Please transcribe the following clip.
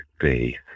faith